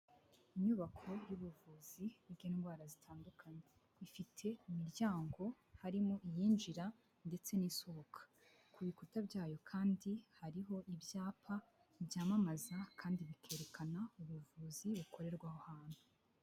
Inyubako y'ubuvuzi bw'indwara zitandukanye ifite imiryango harimo iyinjira ndetse n'isohoka ku bikuta byayo kandi hariho ibyapa byamamaza kandi bikerekana ubuvuzi bukorerwaho ahantu.